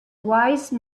wise